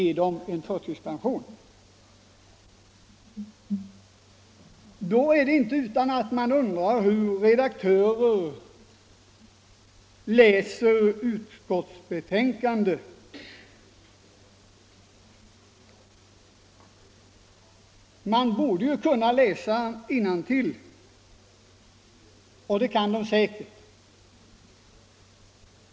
Det är inte utan att jag undrar hur redaktörer läser utskottsbetänkanden. De borde ju kunna läsa innantill, och det kan de säkert.